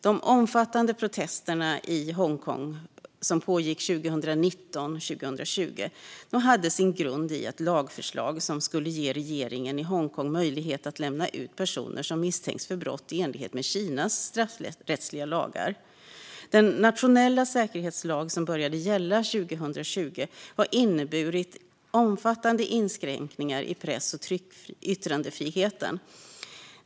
De omfattande protesterna i Hongkong som pågick 2019 och 2020 hade sin grund i ett lagförslag som skulle ge regeringen i Hongkong möjlighet att lämna ut personer som misstänks för brott i enlighet med Kinas straffrättsliga lagar. Den nationella säkerhetslag som började gälla 2020 har inneburit omfattande inskränkningar i press och yttrandefriheten.